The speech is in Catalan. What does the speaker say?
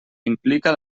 implica